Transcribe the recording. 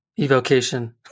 evocation